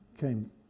Came